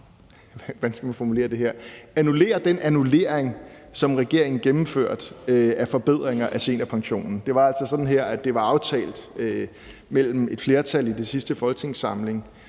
hvordan skal man formulere det her? – at annullere den annullering, som regeringen gennemførte, af forbedringer af seniorpensionen. Det var altså sådan, at det var aftalt mellem et flertal i sidste folketingssamling,